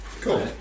Cool